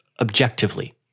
objectively